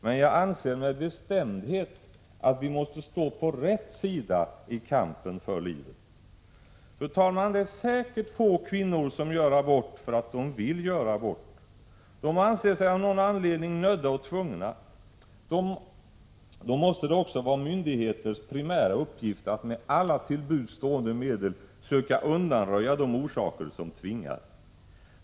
Men jag anser med bestämdhet att vi måste stå på rätt sida i kampen för livet. Det är säkert få kvinnor som gör abort för att de vill göra abort. De anser sig av någon anledning nödda och tvungna. Då måste det också vara myndigheters primära uppgift att med alla till buds stående medel söka undanröja de orsaker som tvingar.